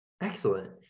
Excellent